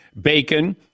bacon